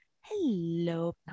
Hello